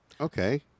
Okay